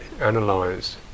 analyze